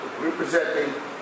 representing